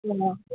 অঁ